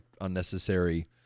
unnecessary